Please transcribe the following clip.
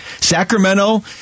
Sacramento